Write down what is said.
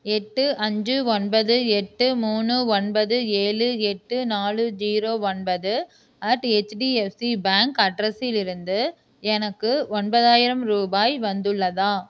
எட்டு அஞ்சு ஒன்பது எட்டு மூணு ஒன்பது ஏழு எட்டு நாலு ஜீரோ ஒன்பது அட் ஹெச்டிஎஃப்சி பேங்க் அட்ரஸிலிருந்து எனக்கு ஒன்பதாயிரம் ரூபாய் வந்துள்ளதா